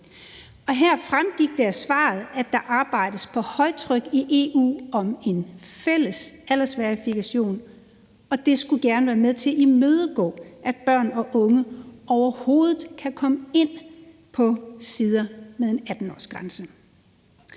her fremgik det af svaret, at der arbejdes på højtryk i EU om en fælles aldersverifikation. Det skulle gerne være med til imødegå, at børn og unge overhovedet kan komme ind på sider med en 18-årsgrænse.